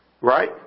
Right